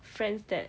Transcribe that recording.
friends that